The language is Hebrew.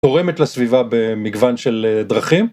תורמת לסביבה במגוון של דרכים